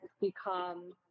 become